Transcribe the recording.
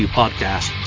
podcast